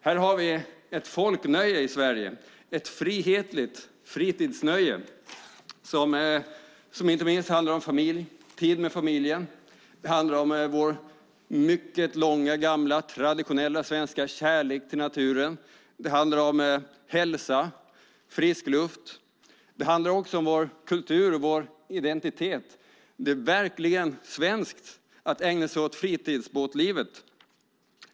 Här har vi ett folknöje i Sverige, ett frihetligt fritidsnöje som inte minst handlar om tid med familjen. Det handlar om vår mycket gamla, traditionella svenska kärlek till naturen. Det handlar om hälsa och frisk luft. Det handlar också om vår kultur och vår identitet. Det är verkligen svenskt att ägna sig åt fritidsbåtslivet.